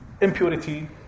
impurity